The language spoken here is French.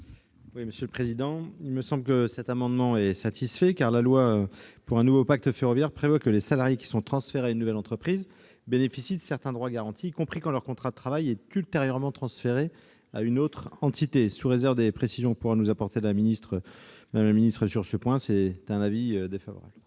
la commission ? Il me semble que cet amendement est satisfait, car la loi pour un nouveau pacte ferroviaire dispose que les salariés transférés à une nouvelle entreprise bénéficient de certains droits garantis, y compris quand leur contrat de travail est ultérieurement transféré à une autre entité. Sous réserve des précisions que pourra nous apporter la ministre sur ce point, la commission émet un avis défavorable